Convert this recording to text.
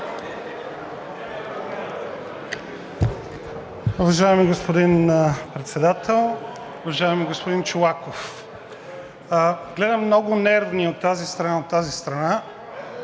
Уважаеми господин Председател, уважаеми господин Чолаков! Гледам много нервни от тази страна, голяма нервност,